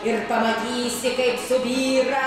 ir pamatysi kaip subyra